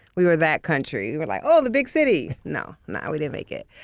we were that country. we were like, oh, the big city. no. no, we didn't make it.